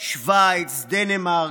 שווייץ, דנמרק,